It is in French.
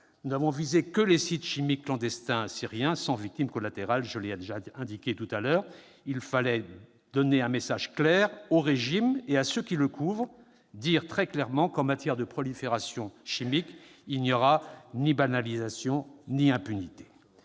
car n'avons visé que les sites chimiques clandestins syriens, sans victime collatérale, comme je l'ai déjà indiqué précédemment. Il fallait envoyer un message clair au régime syrien et à ceux qui le couvrent : il fallait leur dire très clairement que, en matière de prolifération chimique, il n'y aura ni banalisation ni impunité.